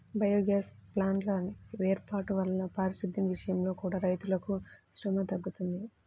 biogas ప్లాంట్ల వేర్పాటు వల్ల పారిశుద్దెం విషయంలో కూడా రైతులకు శ్రమ తగ్గుతుంది